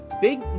big